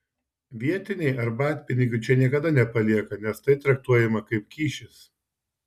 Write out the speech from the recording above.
vietiniai arbatpinigių čia niekada nepalieka nes tai traktuojama kaip kyšis